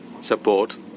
support